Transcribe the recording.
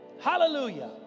Hallelujah